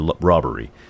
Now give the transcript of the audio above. robbery